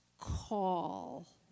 call